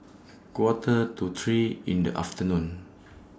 Quarter to three in The afternoon